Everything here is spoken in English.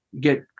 get